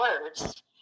words